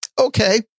Okay